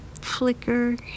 Flicker